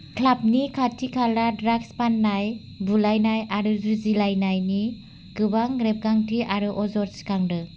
क्लाबनि खाथिखाला ड्राग्स फाननाय बुलायनाय आरो जुजिलायनायनि गोबां रेबगांथि आरो अजद सिखांदों